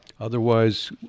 Otherwise